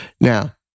Now